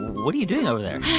what are you doing over there?